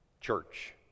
church